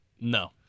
no